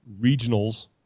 regionals